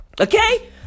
Okay